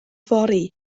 fory